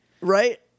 Right